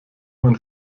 man